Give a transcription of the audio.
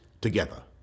together